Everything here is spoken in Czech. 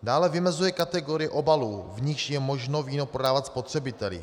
Dále vymezuje kategorii obalů, v níž je možno víno prodávat spotřebiteli.